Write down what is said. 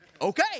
Okay